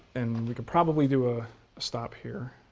and we can probably do a stop here.